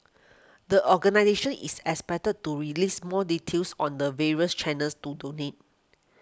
the organisation is expected to release more details on the various channels to donate